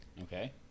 Okay